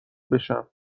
بشم